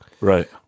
Right